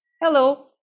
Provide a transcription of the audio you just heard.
Hello